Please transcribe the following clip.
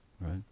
right